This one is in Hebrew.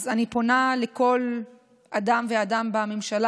אז אני פונה לכל אדם ואדם בממשלה.